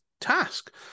task